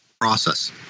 process